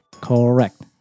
Correct